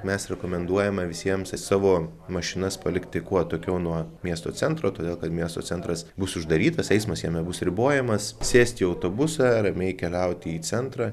mes rekomenduojame visiems savo mašinas palikti kuo atokiau nuo miesto centro todėl kad miesto centras bus uždarytas eismas jame bus ribojamas sėsti į autobusą ramiai keliauti į centrą